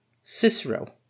Cicero